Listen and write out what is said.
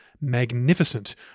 magnificent